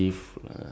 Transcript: um